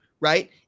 right